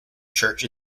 church